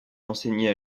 enseigner